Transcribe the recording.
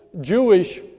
Jewish